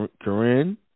Corinne